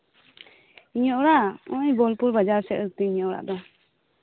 ᱤᱧᱟᱹᱜ ᱚᱲᱟᱜ ᱤᱧᱟᱹᱜ ᱚᱲᱟᱜ ᱫᱚ ᱵᱳᱞᱯᱩᱨ ᱵᱟᱡᱟᱨ ᱥᱮᱜ ᱨᱮᱛᱤᱧ ᱚᱲᱟᱜ ᱫᱚ